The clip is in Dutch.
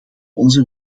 onze